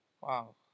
Wow